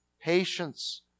patience